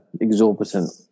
exorbitant